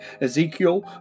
Ezekiel